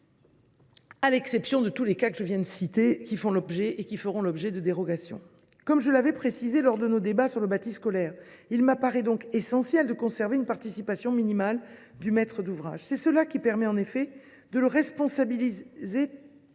en exceptant les cas que je viens de citer et qui feront l’objet de dérogations. Comme je l’avais précisé lors de nos débats sur le bâti scolaire, il me paraît essentiel de conserver une participation minimale du maître d’ouvrage, qui permet de le responsabiliser